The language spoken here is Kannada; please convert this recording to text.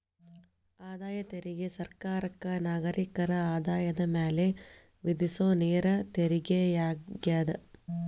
ಆದಾಯ ತೆರಿಗೆ ಸರ್ಕಾರಕ್ಕ ನಾಗರಿಕರ ಆದಾಯದ ಮ್ಯಾಲೆ ವಿಧಿಸೊ ನೇರ ತೆರಿಗೆಯಾಗ್ಯದ